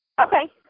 Okay